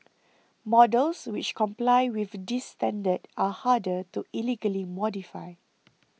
models which comply with this standard are harder to illegally modify